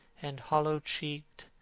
and hollow-cheeked,